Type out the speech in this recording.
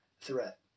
threat